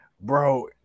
Bro